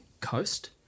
Coast